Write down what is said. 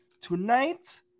Tonight